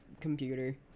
computer